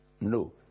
No